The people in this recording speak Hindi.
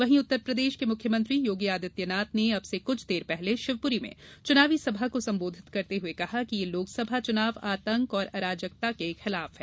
वहीं उत्तरप्रदेश के मुख्यमंत्री योगी आदित्यनाथ ने अब से क्छ देर पहले शिवपुरी में चुनावी सभा को संबोधित करते हुए कहा कि ये लोकसभा चुनाव आतंक और अराजकता के खिलाफ है